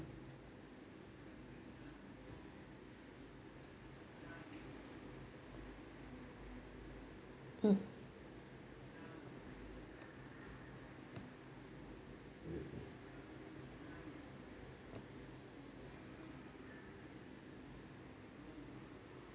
mm